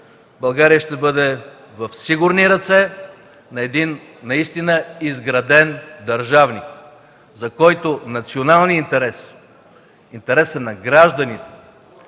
България ще бъде в сигурни ръце на един наистина изграден държавник, за който националният интерес, интересът на гражданите,